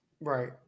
Right